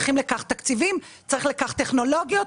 תקציבים, טכנולוגיות.